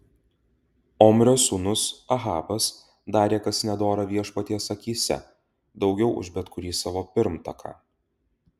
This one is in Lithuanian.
omrio sūnus ahabas darė kas nedora viešpaties akyse daugiau už bet kurį savo pirmtaką